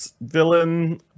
villain